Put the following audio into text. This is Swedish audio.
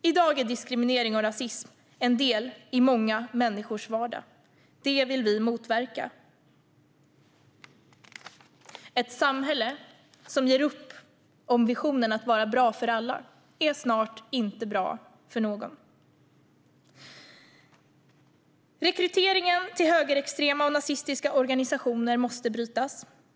I dag är diskriminering och rasism en del av många människors vardag. Det vill vi motverka. Ett samhälle som ger upp om visionen att vara bra för alla är snart inte bra för någon. Rekryteringen till högerextrema och nazistiska organisationer måste brytas.